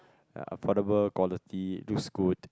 ya affordable quality looks good